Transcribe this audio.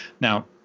Now